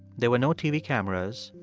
there were no tv cameras,